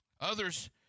Others